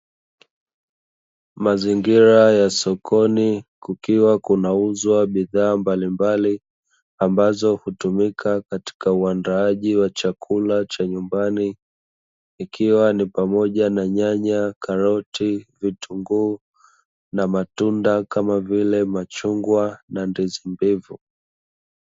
Mazingira ya sokoni kukiwa kunauzwa bidhaa mbalimbali ambazo hutumika katika uandaaji wa chakula cha nyumbani. Ikiwa ni pamoja na: nyanya, karoti, vitunguu; na matunda, kama vile machungwa na ndizi mbivu.